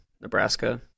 Nebraska